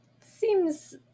seems